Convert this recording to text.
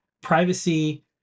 privacy